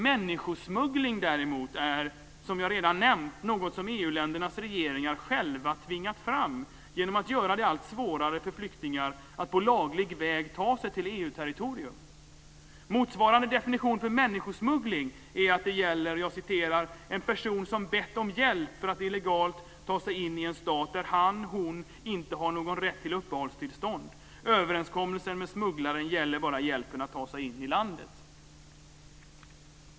Människosmuggling däremot är, som jag redan nämnt, något som EU-ländernas regeringar själva tvingat fram genom att göra det allt svårare för flyktingar att på laglig väg ta sig till EU-territorium. Motsvarande definition för människosmuggling är att det gäller "en person som bett om hjälp för att illegalt ta sig in i en stat där han/hon inte har någon rätt till uppehållstillstånd. Överenskommelsen med smugglaren gäller bara hjälpen att ta sig in i landet."